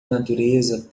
natureza